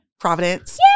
Providence